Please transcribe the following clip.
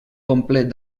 complet